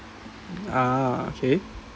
ah okay